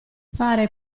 fare